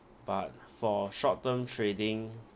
but for short term trading